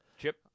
Chip